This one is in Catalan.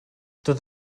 tot